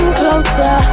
closer